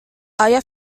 آیا